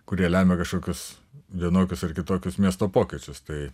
kurie lemia kažkokius vienokius ar kitokius miesto pokyčius tai